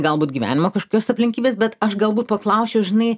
galbūt gyvenimo kažkokios aplinkybės bet aš galbūt paklausčiau žinai